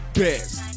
best